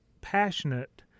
passionate